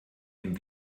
dem